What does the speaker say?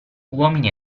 uomini